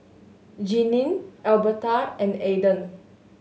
Jeanine Albertha and Aiden